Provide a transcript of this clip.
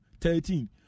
thirteen